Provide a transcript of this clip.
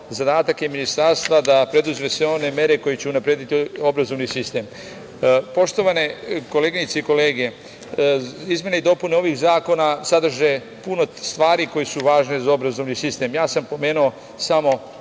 zadatak Ministarstva je da preduzme sve one mere koje će unaprediti obrazovni sistem. Poštovane koleginice i kolege, izmene i dopune ovih zakona sadrže puno stvari koje su važne za obrazovni sistem, ja sam pomenuo samo